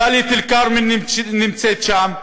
דאלית-אלכרמל נמצאת שם,